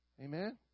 Amen